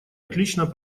отлично